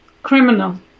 Criminal